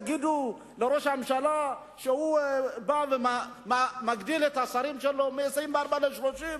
תגידו לראש הממשלה שמגדיל את מספר השרים שלו מ-24 ל-30,